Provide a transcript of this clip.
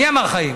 מי אמר חיים?